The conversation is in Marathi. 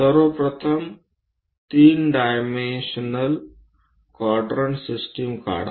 सर्व प्रथम 3 डायमेन्शनल क्वाड्रंट सिस्टम काढा